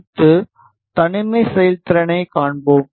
அடுத்து தனிமை செயல்திறனைக் காண்போம்